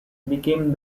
became